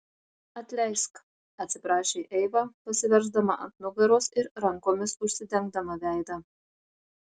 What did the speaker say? atleisk atsiprašė eiva pasiversdama ant nugaros ir rankomis užsidengdama veidą